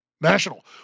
national